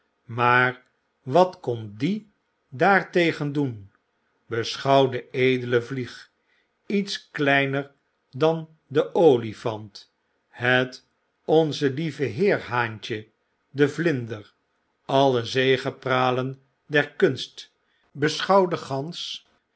maar wat kon die daartegen doen beschouw de edele vlieg iets kleiner dan de oliphant het onzen lieven heer's haantje den vlinder alle zegepralen der kunst beschouw de gans